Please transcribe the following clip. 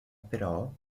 però